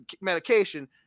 medication